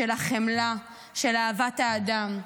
של החמלה, של אהבת האדם.